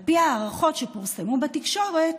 על פי הערכות שפורסמו בתקשורת,